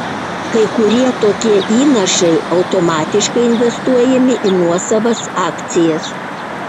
kai kurie tokie įnašai automatiškai investuojami į nuosavas akcijas